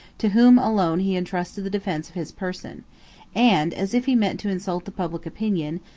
to whom alone he intrusted the defence of his person and, as if he meant to insult the public opinion,